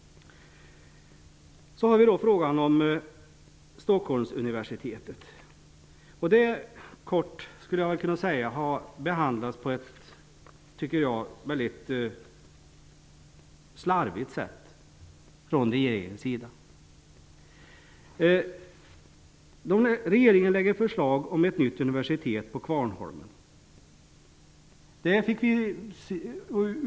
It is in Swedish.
Så har vi då frågan om Stockholmsuniversitetet. Kort skulle jag kunna säga att jag tycker att den har behandlats på ett väldigt slarvigt sätt från regeringens sida. Regeringen lägger förslag om ett nytt universitet på Kvarnholmen.